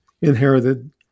inherited